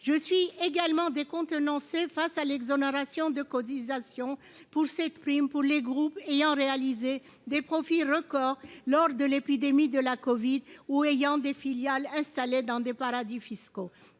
Je suis également décontenancée par l'exonération de cotisations sur cette prime pour les groupes ayant réalisé des profits records lors de l'épidémie de la covid-19 ou ayant des filiales installées dans des paradis fiscaux,